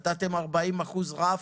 נתתם 40% רף,